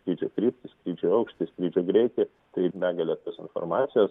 skrydžio kryptį skrydžio aukštį skrydžio greitį tai begalė tos informacijos